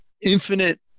infinite